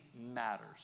matters